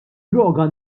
droga